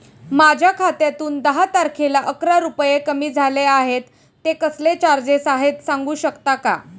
माझ्या खात्यातून दहा तारखेला अकरा रुपये कमी झाले आहेत ते कसले चार्जेस आहेत सांगू शकता का?